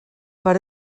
per